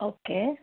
okay